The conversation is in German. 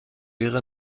ihre